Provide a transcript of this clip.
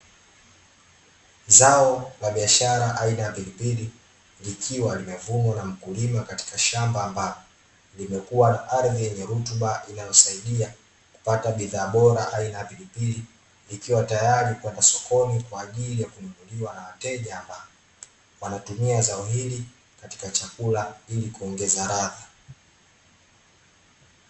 Zao la biashara aina ya pilipili likiwa limevunwa na mkulima katika shamba ambapo, limekuwa ardhi yenye rutuba inayosaidia kupata bidhaa bora aina ya pilipili ikiwa tayari kwenda sokoni kwaajili ya kununuliwa na wateja ambapo wanatumia zao hili katika chakula ili kuongeza ladha.